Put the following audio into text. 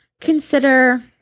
consider